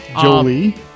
Jolie